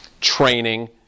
training